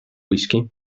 whisky